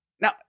Now